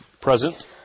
present